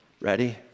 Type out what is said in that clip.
Ready